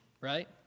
Right